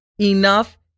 Enough